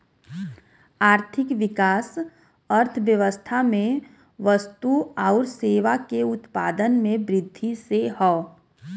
आर्थिक विकास अर्थव्यवस्था में वस्तु आउर सेवा के उत्पादन में वृद्धि से हौ